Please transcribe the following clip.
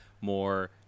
more